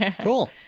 Cool